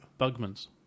Bugman's